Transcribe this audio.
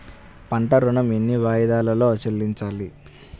పంట ఋణం ఎన్ని వాయిదాలలో చెల్లించాలి?